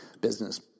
business